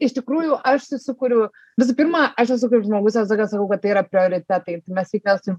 iš tikrųjų aš susikuriu visų pirma aš esu kaip žmogus aš visą laiką sakau kad tai yra prioritetai tai mes kiekvienas turim